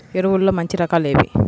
ఎరువుల్లో మంచి రకాలు ఏవి?